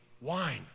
wine